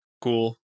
cool